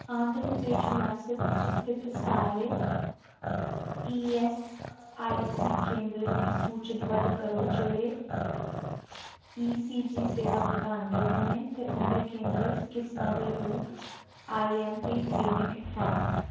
आंध्र प्रदेश रियासता च स्थित सारे ई ऐस्स आई सी केंदरें गी सूचतबद्ध करो जेह्ड़े ई सी जी सेवां प्रदान करदे न ते उं'दे केंदर किसमा दे रूप आई ऐम्म पी क्लिनिक है